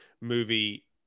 movie